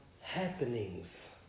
happenings